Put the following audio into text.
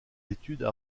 études